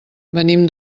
venim